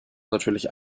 natürlich